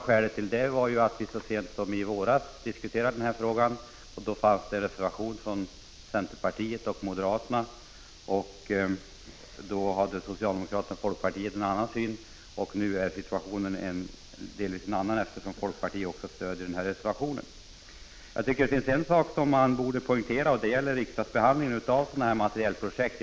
Skälet till detta är att riksdagen så sent som i våras diskuterade denna fråga. Då fanns det en reservation från centerpartiet och moderaterna, medan socialdemokraterna och folkpartiet hade en annan syn. Nu är situationen delvis förändrad, eftersom också folkpartiet stöder reservationen. Det finns en sak som här borde poängteras. Det gäller riksdagsbehandlingen av försvarets materielprojekt.